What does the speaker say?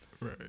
Right